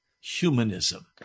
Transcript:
humanism